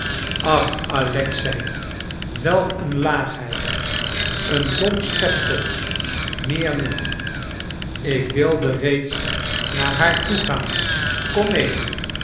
ach alexei welk een laagheid een dom schepsel meer niet ik wilde reeds naar haar toegaan kom mee